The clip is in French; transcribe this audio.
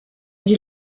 dit